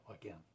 again